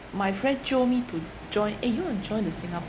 my friend jio me to join eh you want to join the singapore